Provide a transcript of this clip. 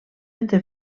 entre